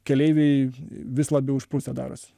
keleiviai vis labiau išprusę darosi